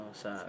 sa